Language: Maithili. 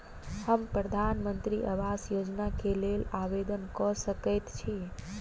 हम प्रधानमंत्री आवास योजना केँ लेल आवेदन कऽ सकैत छी?